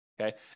okay